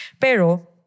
Pero